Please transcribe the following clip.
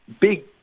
big